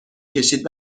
کشید